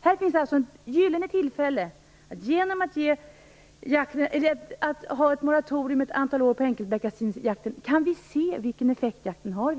Här finns alltså ett gyllene tillfälle. Genom att ha ett moratorium ett antal år för enkelbeckasinsjakten kan vi se vilken effekt jakten har.